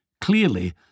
Clearly